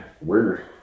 Weird